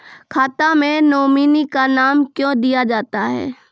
खाता मे नोमिनी का नाम क्यो दिया जाता हैं?